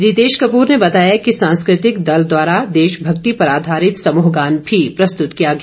रितेश कपूर ने बताया कि सांस्कृतिक दल द्वारा देशभक्ति पर आधारित समूहगान भी प्रस्तुत किया गया